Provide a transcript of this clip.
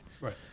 Right